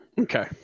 okay